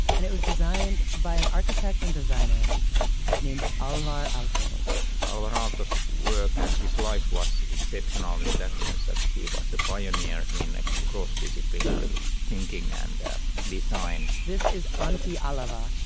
and it was designed by an architect and designer named alvar aalto alvar aalto's work and his life was exceptional in that sense that he was a pioneer in ah cross-disciplinary thinking and design. this is antti ahlava,